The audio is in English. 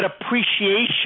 appreciation